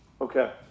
Okay